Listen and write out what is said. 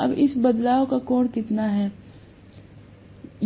अब इस बदलाव का कोण कितना है